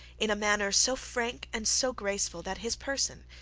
in a manner so frank and so graceful that his person,